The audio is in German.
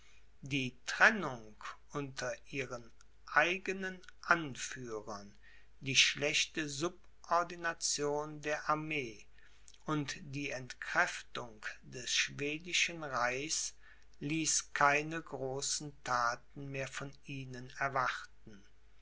die trennung unter ihren eigenen anführern die schlechte subordination der armee und die entkräftung des schwedischen reichs ließ keine großen thaten mehr von ihnen erwarten